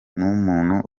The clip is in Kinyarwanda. n’umuntu